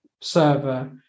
server